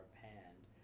panned